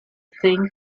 thing